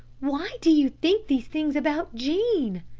why do you think these things about jean?